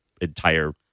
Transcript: entire